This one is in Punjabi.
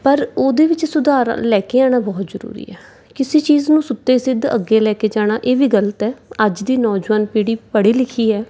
ਪਰ ਉਹਦੇ ਵਿੱਚ ਸੁਧਾਰ ਲੈ ਕੇ ਆਉਣਾ ਬਹੁਤ ਜ਼ਰੂਰੀ ਆ ਕਿਸੇ ਚੀਜ਼ ਨੂੰ ਸੁੱਤੇ ਸਿੱਧ ਅੱਗੇ ਲੈ ਕੇ ਜਾਣਾ ਇਹ ਵੀ ਗਲਤ ਹੈ ਅੱਜ ਦੀ ਨੌਜਵਾਨ ਪੀੜ੍ਹੀ ਪੜ੍ਹੀ ਲਿਖੀ ਹੈ